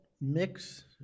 mix